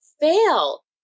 fail